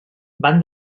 van